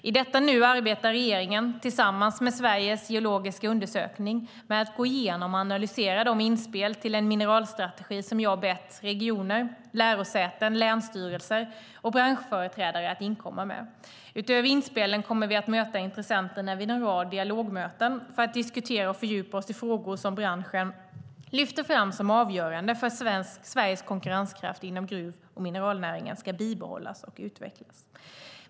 I detta nu arbetar regeringen tillsammans med Sveriges geologiska undersökning med att gå igenom och analysera de inspel till en mineralstrategi som jag har bett regioner, lärosäten, länsstyrelser och branschföreträdare att inkomma med. Utöver inspelen kommer vi att möta intressenterna vid en rad dialogmöten för att diskutera och fördjupa oss i de frågor som branschen lyfter fram som avgörande för att Sveriges konkurrenskraft inom gruv och mineralnäringen ska bibehållas och utvecklas.